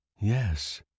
Yes